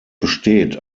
besteht